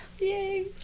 Yay